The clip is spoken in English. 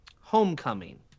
Homecoming